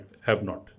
have-not